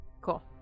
Cool